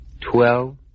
Twelve